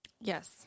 Yes